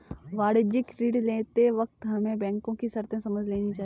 वाणिज्यिक ऋण लेते वक्त हमें बैंको की शर्तें समझ लेनी चाहिए